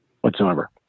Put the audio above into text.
whatsoever